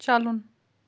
چلُن